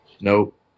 Nope